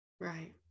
Right